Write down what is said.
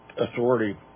authority